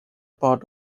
part